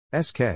SK